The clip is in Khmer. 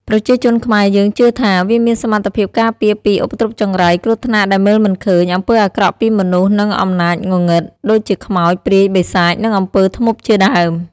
ប្រជាជនខ្មែរយើងជឿថា វាមានសមត្ថភាពការពារពី ឧបទ្រពចង្រៃ គ្រោះថ្នាក់ដែលមើលមិនឃើញ អំពើអាក្រក់ពីមនុស្ស និងអំណាចងងឹត ដូចជាខ្មោច ព្រាយ បិសាច និងអំពើធ្មប់ជាដើម។